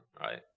right